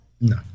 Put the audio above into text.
No